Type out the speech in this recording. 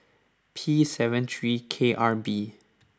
P seven three K R B